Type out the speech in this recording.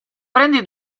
prendi